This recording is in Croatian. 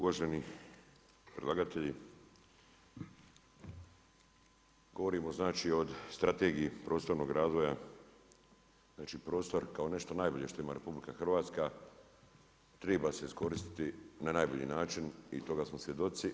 Uvaženi predlagatelji, govorimo znači o Strategiji prostornog razvoja, znači prostor kao nešto najbolje što ima RH triba se iskoristiti na najbolji način i toga smo svjedoci.